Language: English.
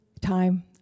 time